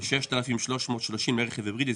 ו- 6,330 לרכב היברידי,